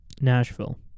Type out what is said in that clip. Nashville